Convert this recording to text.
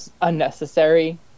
unnecessary